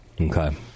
Okay